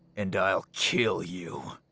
and i'll kill you.